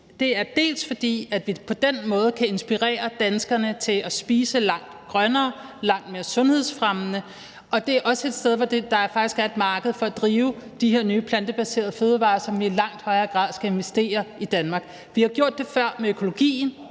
det er, dels fordi det på den måde kan inspirere danskerne til at spise langt grønnere og langt mere sundhedsfremmende, dels fordi det er et sted, hvor der faktisk også er et marked for at drive de her nye plantebaserede fødevarer, som vi i langt højere grad skal investere i i Danmark. Vi har jo gjort det før med økologien